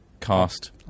cast